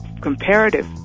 comparative